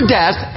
death